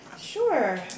Sure